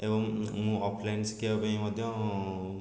ଏବଂ ମୁଁ ଅଫ୍ଲାଇନ୍ ଶିଖିବା ପାଇଁ ମଧ୍ୟ